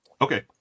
Okay